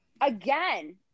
again